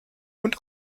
und